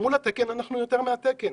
אנחנו יותר מהתקן.